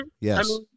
Yes